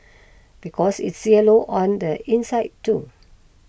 because it's yellow on the inside too